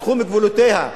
בתחום גבולותיה.